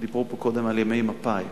דיברו פה קודם על ימי מפא"י.